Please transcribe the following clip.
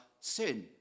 sin